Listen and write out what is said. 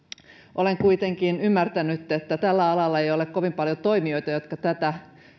olen kuitenkin ymmärtänyt että tällä alalla ei ole kovin paljon toimijoita jotka tätä